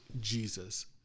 Jesus